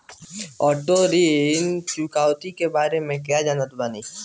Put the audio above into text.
Auto debit ऋण चुकौती के बारे में कया जानत बानी?